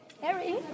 Harry